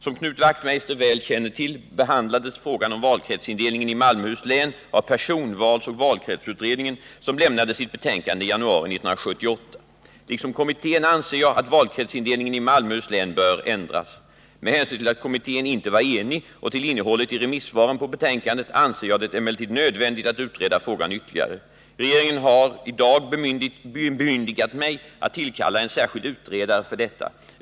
Som Knut Wachtmeister väl känner till behandlades frågan om valkretsindelningen i Malmöhus län av personvalsoch valkretsutredningen, som lämnade sitt betänkande i januari 1978. Liksom kommittén anser jag att valkretsindelningen i Malmöhus län bör ändras. Med hänsyn till att kommittén inte var enig och till innehållet i remissvaren på betänkandet anser jag det emellertid nödvändigt att utreda frågan ytterligare. Regeringen har i dag bemyndigat mig att tillkalla en särskild utredare för detta.